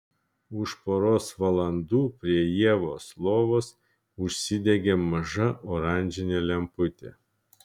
už poros valandų prie ievos lovos užsidegė maža oranžinė lemputė